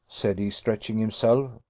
said he, stretching himself,